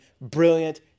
brilliant